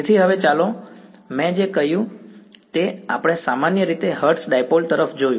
તેથી હવે ચાલો મેં જે કર્યું તે આપણે સામાન્ય રીતે હર્ટ્ઝ ડાઈપોલ તરફ જોયું